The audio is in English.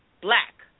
black